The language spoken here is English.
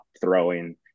throwing